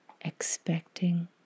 expecting